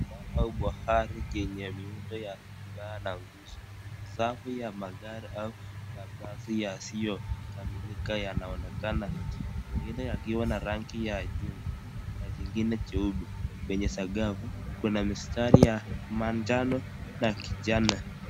Lao bahari lenye miundo ya baa na nguzo. Safu ya magari au mabasi yasiyokamilika yanaonekana. Mengine yakiwa na rangi ya jungu na zingine cheupe. Kwenye sakafu kuna mistari ya manjano na kijani.